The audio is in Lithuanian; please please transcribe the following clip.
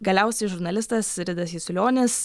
galiausiai žurnalistas ridas jasiulionis